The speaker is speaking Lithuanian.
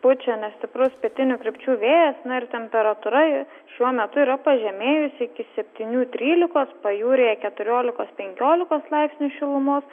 pučia nestiprus pietinių krypčių vėjas ir temperatūra šiuo metu yra pažemėjusi iki septynių trylikos pajūryje keturiolikos penkiolikos laipsnių šilumos